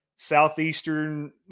southeastern